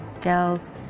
dells